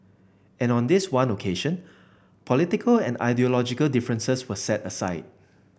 and on this one occasion political and ideological differences were set aside